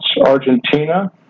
Argentina